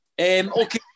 okay